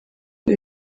ubu